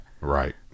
Right